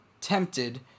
tempted